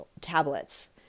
tablets